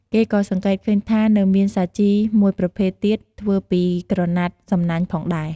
គេក៏សង្កេតឃើញថា នៅមានសាជីមួយប្រភេទទៀតធ្វើពីក្រណាត់សំណាញ់ផងដែរ។